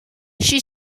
she